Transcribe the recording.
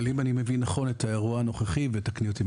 אבל אם אני מבין נכון את האירוע הנוכחי ותקני אותי אם